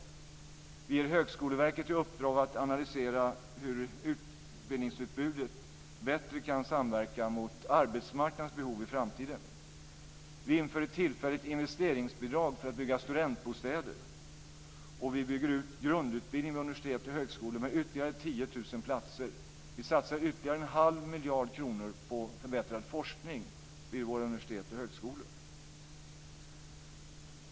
Vi ger Högskoleverket i uppdrag att analysera hur utbildningsutbudet bättre kan samverka mot arbetsmarknadens behov i framtiden. Vi inför ett tillfälligt investeringsbidrag för att bygga studentbostäder. Vi bygger ut grundutbildningen vid universitet och högskolor med ytterligare 10 000 platser. Vi satsar ytterligare en halv miljard kronor på förbättrad forskning vid våra universitet och högskolor.